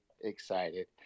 excited